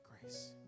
grace